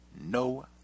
no